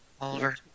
Oliver